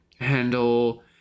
handle